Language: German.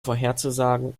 vorherzusagen